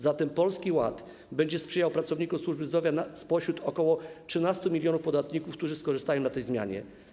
Zatem Polski Ład będzie sprzyjał pracownikom służby zdrowia spośród ok. 13 mln podatników, którzy skorzystają na tej zmianie.